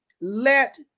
let